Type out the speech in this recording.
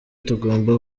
tugomba